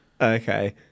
Okay